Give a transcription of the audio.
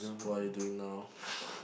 what are you doing now